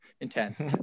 intense